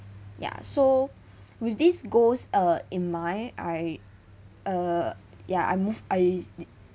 ya so with this goals uh in mind I uh ya I moved I